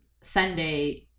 Sunday